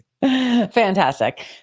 fantastic